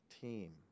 team